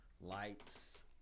Lights